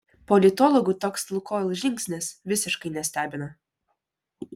politologų toks lukoil žingsnis visiškai nestebina